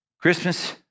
Christmas